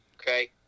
Okay